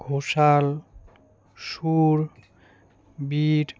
Ghoshal শুর Bir